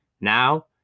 Now